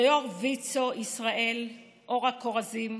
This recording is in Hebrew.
ליו"ר ויצו ישראל אורה כורזים,